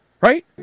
right